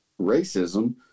racism